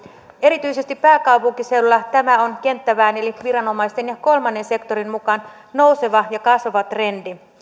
erityisesti pääkaupunkiseudulla tämä on kenttäväen eli viranomaisten ja kolmannen sektorin mukaan nouseva ja kasvava trendi